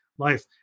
life